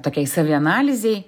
tokiai savianalizei